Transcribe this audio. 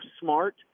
smart